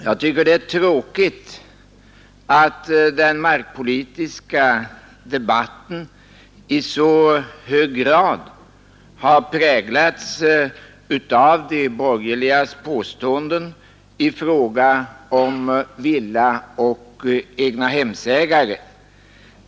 Jag tycker att det är tråkigt att den markpolitiska debatten i så hög grad har präglats av de borgerligas påståenden i fråga om villaoch egnahemsägare.